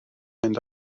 mynd